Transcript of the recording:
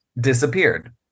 disappeared